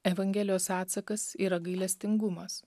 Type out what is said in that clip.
evangelijos atsakas yra gailestingumas